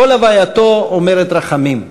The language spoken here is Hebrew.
כל הווייתו אומרת רחמים.